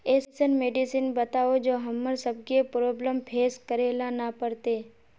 ऐसन मेडिसिन बताओ जो हम्मर सबके प्रॉब्लम फेस करे ला ना पड़ते?